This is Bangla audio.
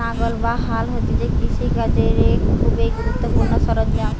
লাঙ্গল বা হাল হতিছে কৃষি কাজের এক খুবই গুরুত্বপূর্ণ সরঞ্জাম